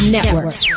Network